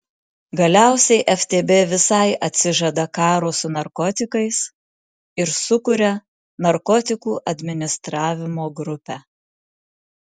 galiausiai ftb visai atsižada karo su narkotikais ir sukuria narkotikų administravimo grupę